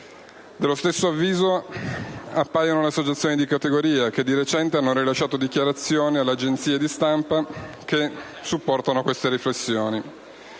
Dello stesso avviso appaiono le associazioni di categoria che di recente hanno rilasciato dichiarazioni alle agenzie di stampa che supportano queste riflessioni.